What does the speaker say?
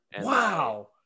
Wow